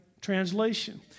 translation